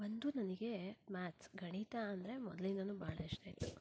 ಒಂದು ನನಗೆ ಮ್ಯಾಥ್ಸ್ ಗಣಿತ ಅಂದರೆ ಮೊದಲಿಂದಲೂ ಬಹಳ ಇಷ್ಟ ಇತ್ತು